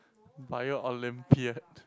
bio Olympiad